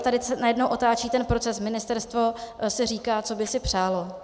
Tady se najednou otáčí ten proces ministerstvo si říká, co by si přálo.